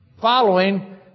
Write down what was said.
following